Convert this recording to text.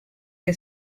que